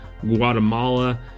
Guatemala